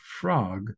frog